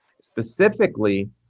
Specifically